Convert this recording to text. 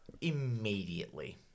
immediately